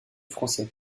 français